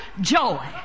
joy